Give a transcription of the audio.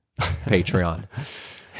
patreon